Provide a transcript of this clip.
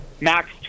Max